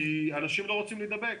כי אנשים לא רוצים להידבק.